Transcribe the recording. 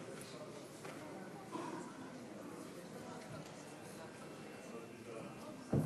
אנחנו ממש בתוך דקות ספורות עוברים לישיבה המיוחדת,